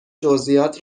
جزییات